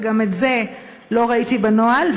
וגם את זה לא ראיתי בנוהל.